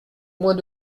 moins